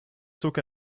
zog